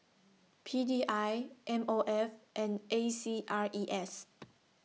P D I M O F and A C R E S